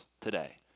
today